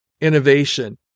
innovation